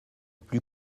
plus